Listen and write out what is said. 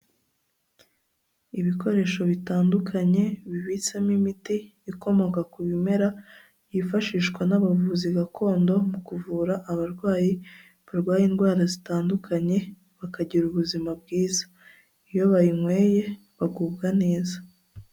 Ibikoresho bitandukanye bibitsemo imiti ikomoka ku bimera, byifashishwa n'abavuzi gakondo, mu kuvura abarwayi barwaye indwara zitandukanye, bakagira ubuzima bwiza. Iyo bayinyweye bagubwa neza.